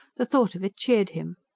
the thought of it cheered him.